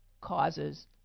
causes